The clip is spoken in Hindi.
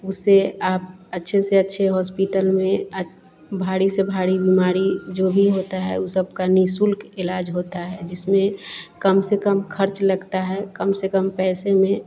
उससे आप अच्छे से अच्छे होस्पिटल में अच् भारी से भारी बीमारी जो भी होता है ऊ सब का निःशुल्क इलाज होता है जिसमें कम से कम ख़र्च लगता है कम से कम पैसे में